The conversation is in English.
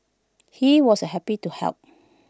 he was happy to help